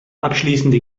abschließende